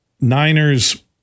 Niners